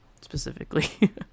specifically